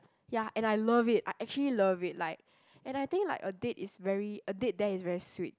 ya and I love it I actually love it like and I think like a date is very a date there is very sweet